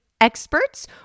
experts